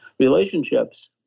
relationships